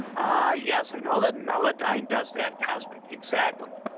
i yes and all the knowledge i and does that cosmic exactly